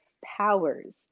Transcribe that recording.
powers